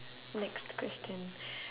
next question